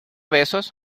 besos